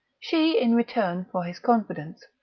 she, in return for his confidence,